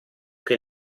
che